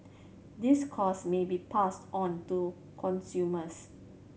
these cost may be passed on to consumers